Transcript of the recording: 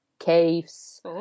Caves